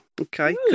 Okay